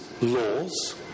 laws